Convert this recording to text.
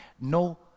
no